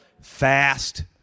fast